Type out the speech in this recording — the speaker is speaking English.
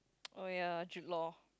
oh ya Jude Law